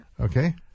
okay